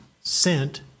sent